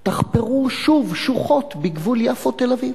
תחפרו שוב שוחות בגבול יפו תל-אביב.